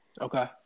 okay